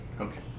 Okay